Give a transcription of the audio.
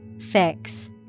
Fix